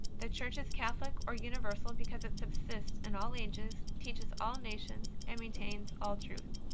the church is catholic or universal because it subsists in all ages, teaches all nations, and maintains all truth.